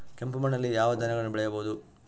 ಕೆಂಪು ಮಣ್ಣಲ್ಲಿ ಯಾವ ಧಾನ್ಯಗಳನ್ನು ಬೆಳೆಯಬಹುದು?